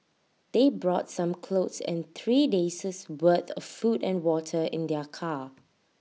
they brought some clothes and three day says worth of food and water in their car